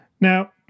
Now